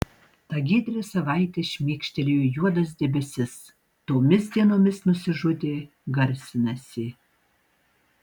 tą giedrią savaitę šmėkštelėjo juodas debesis tomis dienomis nusižudė garsinasi